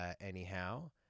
anyhow